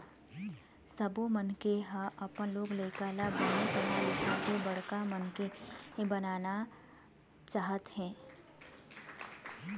सब्बो मनखे ह अपन लोग लइका ल बने पढ़ा लिखा के बड़का मनखे बनाना चाहथे